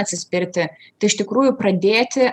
atsispirti tai iš tikrųjų pradėti